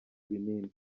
ibinini